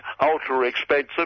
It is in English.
ultra-expensive